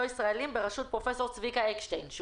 ישראלים בראשות פרופסור צביקה אקשטיין.